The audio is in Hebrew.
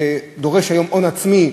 שדורש היום הון עצמי,